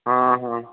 ହଁ ହଁ